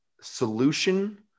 solution